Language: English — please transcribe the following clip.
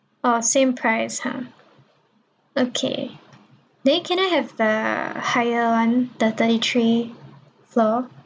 oh same price ha okay then can I have the higher one the thirty three floor